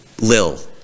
Lil